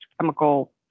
chemical